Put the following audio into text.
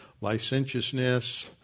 licentiousness